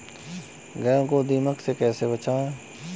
गेहूँ को दीमक से कैसे बचाएँ?